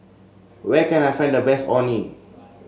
where can I find the best Orh Nee